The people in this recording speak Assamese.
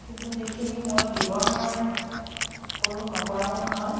কিন্তু সেইখিনি মই ব্যৱহাৰ কৰোঁ নকৰাও নহয়